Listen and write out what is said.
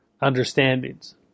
understandings